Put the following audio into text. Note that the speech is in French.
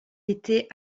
était